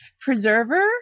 preserver